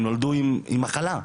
הם נולדו עם מחלה.